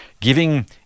giving